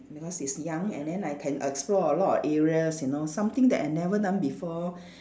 because it's young and then I can explore a lot areas you know something that I never done before